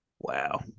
Wow